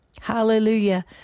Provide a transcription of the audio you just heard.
Hallelujah